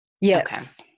yes